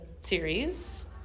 series